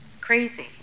crazy